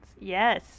yes